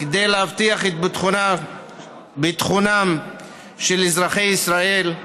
כדי להבטיח את ביטחונם של אזרחי ישראל.